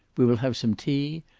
we will have some tea,